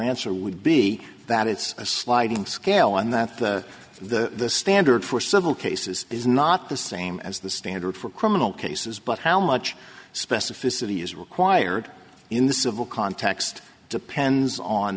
answer would be that it's a sliding scale and that the standard for civil cases is not the same as the standard for criminal cases but how much specificity is required in the civil context depends on